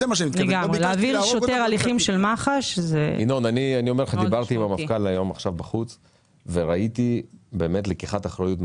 כשדיברתי עכשיו עם המפכ"ל בחוץ ראיתי לקיחת אחריות מלאה.